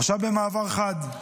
עכשיו במעבר חד,